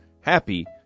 Happy